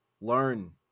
learn